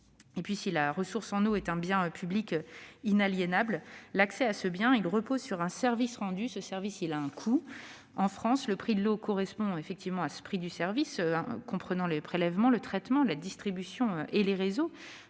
Si la ressource en eau est un bien public inaliénable, l'accès à ce bien repose sur un service rendu, qui a un coût. En France, le prix de l'eau qui est facturé à l'usager correspond au prix du service comprenant le prélèvement, le traitement, la distribution et les réseaux.